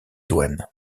douanes